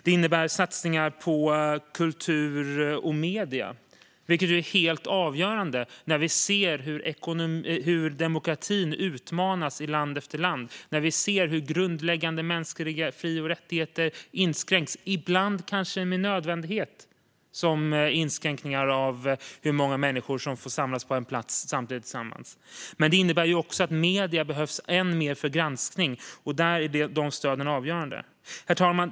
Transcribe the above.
Det innebär satsningar på kultur och medier, vilket är helt avgörande när vi ser hur demokratin utmanas i land efter land och när vi ser hur grundläggande mänskliga fri och rättigheter inskränks. Ibland är det kanske nödvändigt med inskränkningar av hur många människor som får samlas på en plats samtidigt. Men det innebär också att medierna behövs ännu mer för granskning, och där är dessa stöd avgörande. Herr talman!